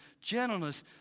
gentleness